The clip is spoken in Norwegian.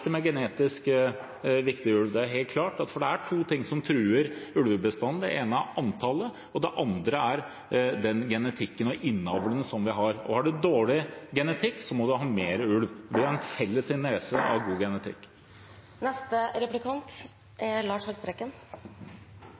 viktig med genetisk viktig ulv. Det er helt klart, for det er to ting som truer ulvebestanden. Det ene er antallet, og det andre er genetikken og innavlen vi har. Har man dårlig genetikk, må man ha mer ulv. Vi har en felles interesse av å ha god